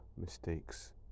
mistakes